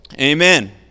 Amen